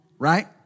Right